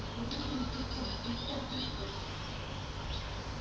the